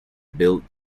build